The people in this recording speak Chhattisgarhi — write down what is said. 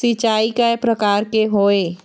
सिचाई कय प्रकार के होये?